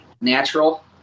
Natural